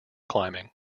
climbing